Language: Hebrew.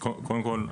אז קודם כל,